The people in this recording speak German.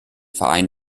verein